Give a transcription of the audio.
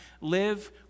Live